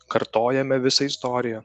kartojame visą istoriją